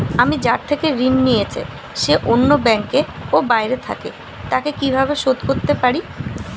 আমি যার থেকে ঋণ নিয়েছে সে অন্য ব্যাংকে ও বাইরে থাকে, তাকে কীভাবে শোধ করতে পারি?